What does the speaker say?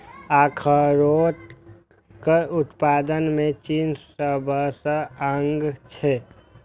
अखरोटक उत्पादन मे चीन सबसं आगां छै